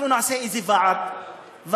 אנחנו נעשה איזה ועד ופורום,